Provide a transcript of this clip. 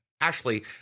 Ashley